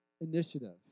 initiative